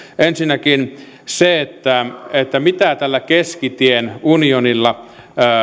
ensinnäkin se mitä tällä keskitien unionilla